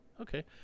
Okay